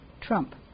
trump